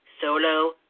Solo